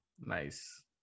Nice